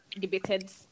debated